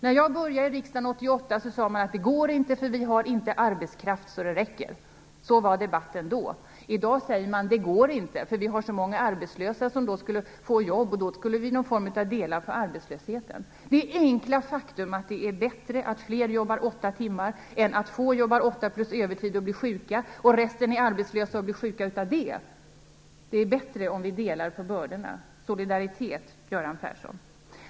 När jag började i riksdagen 1988 sade man att det inte gick därför att vi inte hade arbetskraft så att det räckte. Så fördes debatten då. I dag säger man att det inte går därför att vi har så många arbetslösa som då skulle få jobb och det skulle bli någon form av delad arbetslöshet. Det enkla faktum är att det är bättre att fler jobbar åtta timmar än att få jobbar åtta timmar plus övertid och blir sjuka och resten är arbetslösa och blir sjuka av det. Det är bättre om vi delar på bördorna. Det är solidaritet, Göran Persson.